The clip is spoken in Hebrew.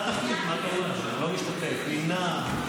אתה תחליט מה אתה רוצה, לא משתתף, נמנע.